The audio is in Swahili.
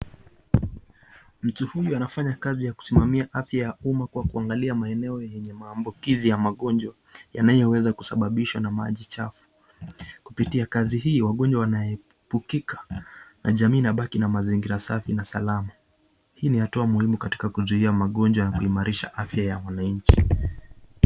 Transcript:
Mtu huyu anafanya kazi ya kusimamia afya ya umma kwa kuangalia maeneo yenye maambukizi ya magonjwa yanayoweza kusababishwa na maji chafu, kupitia kazi hii, wagonjwa wanaepukika na jamii inabaki na mazingira safi na salama. Hii ni hatua muhimu katika kuzuia magonjwa na kuimarisha afya ya wananchi.